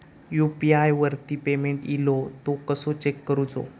UPI वरती payment इलो तो कसो चेक करुचो?